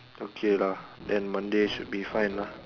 okay lah then Monday should be fine lah